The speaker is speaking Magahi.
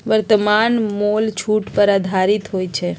वर्तमान मोल छूट पर आधारित होइ छइ